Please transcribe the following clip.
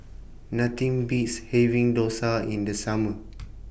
Nothing Beats having Dosa in The Summer